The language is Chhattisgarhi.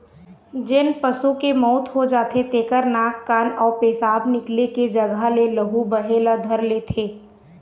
जेन पशु के मउत हो जाथे तेखर नाक, कान अउ पेसाब निकले के जघा ले लहू बहे ल धर लेथे